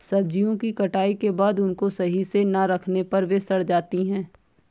सब्जियों की कटाई के बाद उनको सही से ना रखने पर वे सड़ जाती हैं